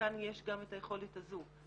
לחלקן יש גם את היכולת הזו.